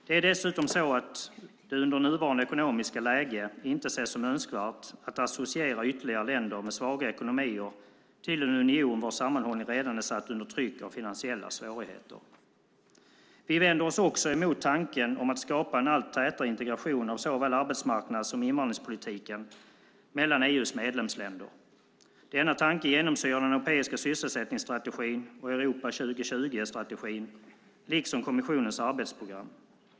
Det är dessutom så att det under nuvarande ekonomiska läge inte kan ses som önskvärt att associera ytterligare länder med svaga ekonomier till en union vars sammanhållning redan är satt under tryck av finansiella svårigheter. Vi vänder oss också emot tanken om att skapa en allt tätare integration av såväl arbetsmarknads som invandringspolitiken mellan EU:s medlemsländer. Denna tanke genomsyrar den europeiska sysselsättningsstrategin och Europa 2020-strategin, liksom kommissionens arbetsprogram.